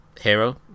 hero